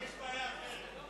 יש בעיה אחרת.